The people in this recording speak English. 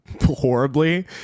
horribly